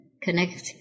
Connect